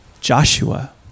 Joshua